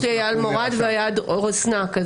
יש את אייל מורד ואייל רוסנק.